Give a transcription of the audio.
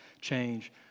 change